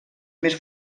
més